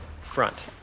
front